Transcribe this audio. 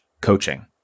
coaching